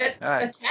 Attack